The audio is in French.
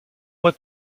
moi